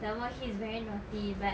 some more he's very naughty but